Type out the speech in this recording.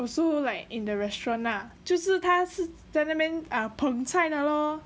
also like in the restaurant ah 就是他是在那边 ah 捧菜的咯